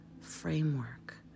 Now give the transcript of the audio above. framework